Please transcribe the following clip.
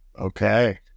Okay